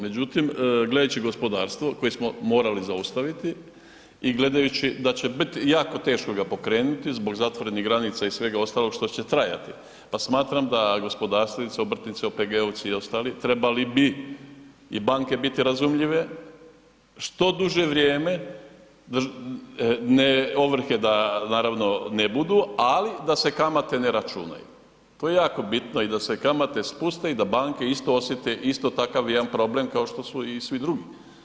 Međutim, gledajući gospodarstvo koje smo morali zaustaviti i gledajući da će ga biti jako teško pokrenuti zbog zatvorenih granica i svega ostalog, što će trajati, pa smatram da gospodarstvenici, obrtnici, OPG-ovci i ostali trebali bi i banke biti razumljive što duže vrijeme ovrhe naravno da ne budu, ali da se kamate ne računaju, to je jako bitno da se kamate spuste i da banke isto osjete isto takav jedan problem kao što su i svi drugi.